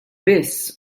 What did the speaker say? biss